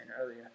earlier